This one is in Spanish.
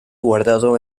guardado